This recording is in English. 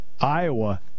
Iowa